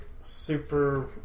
super